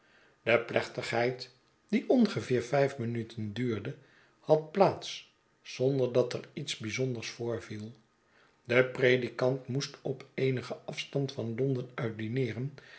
de plechtigheid die ongeveer vijf minuten duurde had plaats zonder dat er iets byzonders voorviel de predikant moest op eenigen afstand van londen uit dineeren